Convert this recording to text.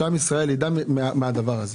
כדי שעם ישראל ידע על זה.